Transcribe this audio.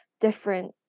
different